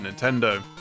Nintendo